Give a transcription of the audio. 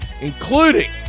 including